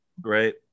Great